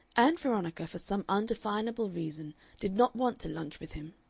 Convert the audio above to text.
ann veronica for some indefinable reason did not want to lunch with him,